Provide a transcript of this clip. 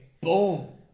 Boom